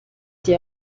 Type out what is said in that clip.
die